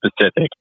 specific